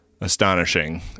astonishing